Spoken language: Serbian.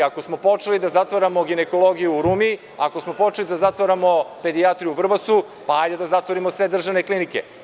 Ako smo počeli da zatvaramo ginekologiju u Rumi, ako smo počeli da zatvaramo pedijatriju u Vrbasu, hajde da zatvorimo sve državne klinike.